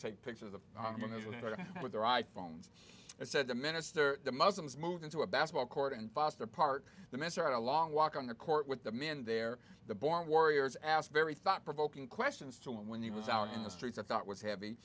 take pictures of with their i phones he said the minister the muslims moved into a basketball court and foster part the measure of a long walk on the court with the man there the born warriors asked very thought provoking questions to him when he was out on the streets i thought was heavy